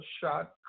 shot